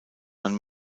man